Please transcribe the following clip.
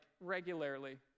regularly